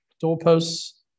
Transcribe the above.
doorposts